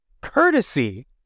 courtesy